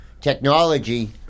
technology